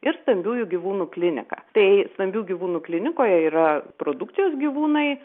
ir stambiųjų gyvūnų klinika tai stambių gyvūnų klinikoje yra produkcijos gyvūnai